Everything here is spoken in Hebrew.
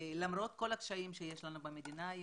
למרות כל הקשיים שיש לנו במדינה היום,